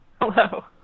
Hello